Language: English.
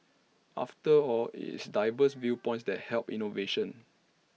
after all IT is diverse viewpoints that help innovation